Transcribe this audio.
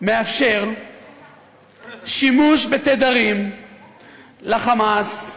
מאפשר שימוש בתדרים ל"חמאס",